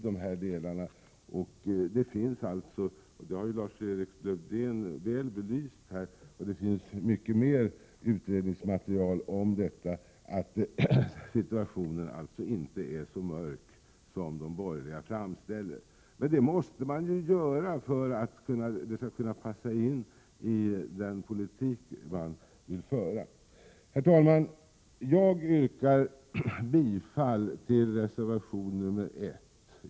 Det finns mycket mer utredningsmaterial där det sägs att situationen inte är så mörk som de borgerliga framställer den. Det har också Lars-Erik Lövdén belyst här. Men de borgerliga måste framställa situationen på detta sätt för att den skall passa in i den politik de vill föra. Herr talman! Jag yrkar bifall till reservation nr 1.